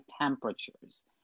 temperatures